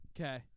Okay